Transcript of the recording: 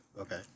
Okay